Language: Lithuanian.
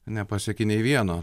nepasieki nei vieno